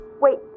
Wait